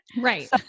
Right